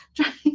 trying